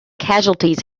casualties